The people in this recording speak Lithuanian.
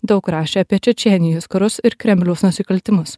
daug rašė apie čečėnijos karus ir kremliaus nusikaltimus